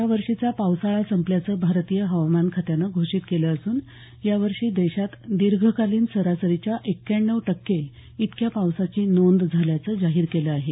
या वर्षीचा पावसाळा संपल्याचं भारतीय हवामान खात्यानं घोषित केलं असून यावर्षी देशात दीर्घकालीन सरासरीच्या एक्क्याण्णव टक्के इतक्या पावसाची नोंद झाल्याचं जाहीर केलं आहे